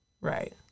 Right